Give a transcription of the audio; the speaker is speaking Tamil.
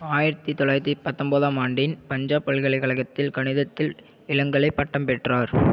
ஆயிரத்து தொளாயிரத்து பத்தம்போதாம் ஆண்டில் பஞ்சாப் பல்கலைக்கழகத்தில் கணிதத்தில் இளங்கலை பட்டம் பெற்றார்